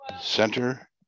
center